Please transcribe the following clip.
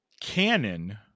canon